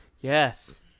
Yes